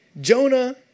Jonah